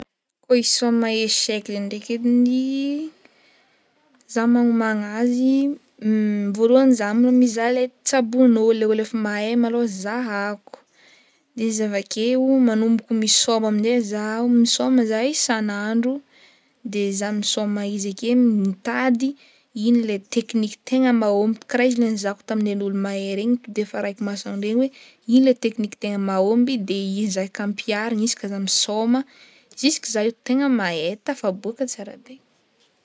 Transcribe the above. Kô hisaoma échec zegny ndaiky ediny zah magnomagna azy voalohany zah maloha mizaha le tsabon'ôlo, le ôlo efa mahay malôha zahako de izy avakeo manomboko misaoma am'zay zaho misaoma zah isan'andro de zah misaoma izy ake mitady ino le tekniky tegna mahomby karaha izy le nozahako tamin'ny an'ôlo mahay regny to de efa arahiko maso am'regny hoe ino le tekniky tegna mahomby de ihezaka ampiharina isaka zah misaoma juska zah io tegna mahay tafaboaka tsara be.